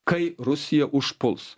kai rusija užpuls